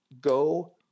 go